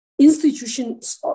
institutions